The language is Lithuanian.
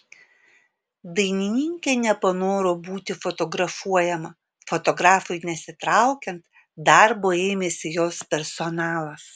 dainininkė nepanoro būti fotografuojama fotografui nesitraukiant darbo ėmėsi jos personalas